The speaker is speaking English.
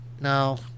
No